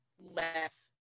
less